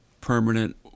permanent